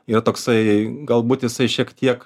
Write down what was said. yra toksai galbūt jisai šiek tiek